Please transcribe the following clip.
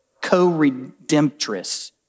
co-redemptress